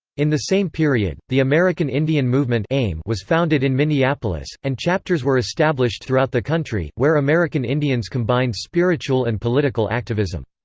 in the same period, the american indian movement was founded in minneapolis, and chapters were established throughout the country, where american indians combined spiritual and political activism.